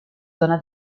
zona